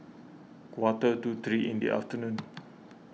quarter to three in the afternoon